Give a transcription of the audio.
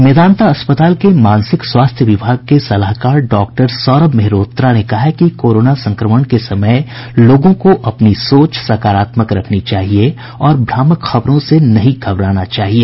मेदांता अस्पताल के मानसिक स्वास्थ्य विभाग के सलाहकार डॉक्टर सौरभ मेहरोत्रा ने कहा कि कोरोना संक्रमण के समय लोगों को अपनी सोच सकारात्मक रखनी चाहिए और भ्रामक खबरों से नहीं घबराना चाहिए